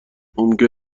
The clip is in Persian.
ممکنه